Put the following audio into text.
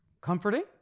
comforting